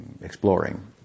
exploring